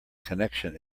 connection